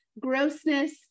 grossness